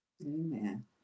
Amen